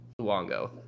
Luongo